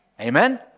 Amen